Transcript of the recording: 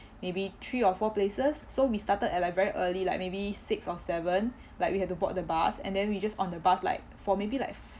maybe three or four places so we started at like very early like maybe six or seven like we have to board the bus and then we just on the bus like for maybe like